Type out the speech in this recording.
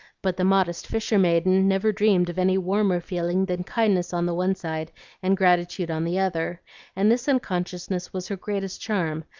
but the modest fisher-maiden never dreamed of any warmer feeling than kindness on the one side and gratitude on the other and this unconsciousness was her greatest charm,